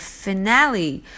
finale